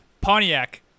Pontiac